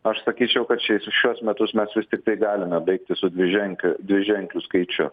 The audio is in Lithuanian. aš sakyčiau kad šiais šiuos metus mes vis tiktai galime baigti su dviženkle dviženklių skaičiu